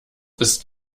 ist